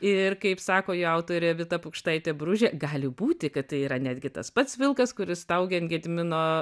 ir kaip sako jo autorė evita pukštaitė bružė gali būti kad tai yra netgi tas pats vilkas kuris staugė ant gedimino